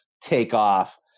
takeoff